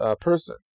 person